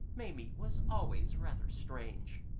maimie was always rather strange.